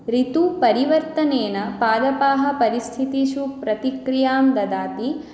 ऋतुपरिवर्तनेन पादपाः परिस्थितिषु प्रतिक्रियां ददाति